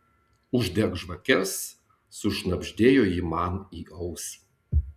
uždek žvakes sušnabždėjo ji man į ausį